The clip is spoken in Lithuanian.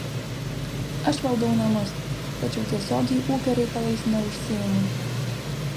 aš valdau namus tačiau tiesiogiai ūkio reikalais neužsiimu